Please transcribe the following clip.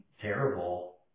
terrible